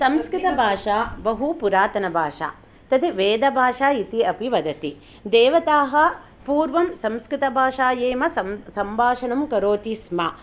संस्कृतभाषा बहुपुरातनभाषा तद् वेदभाषा इति अपि वदति देवताः पूर्वं संस्कृतभाषायामेव सम्भाषणं करोति स्म